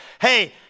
Hey